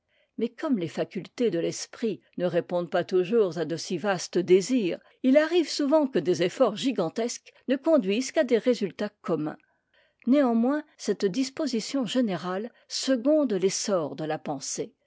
mais comme les facultés de l'esprit ne répondent pas toujours à de si vastes désirs il arrive souvent que des efforts gigantesques ne conduisent qu'à des résultats communs néanmoins cette disposition générale seconde l'essor de la pensée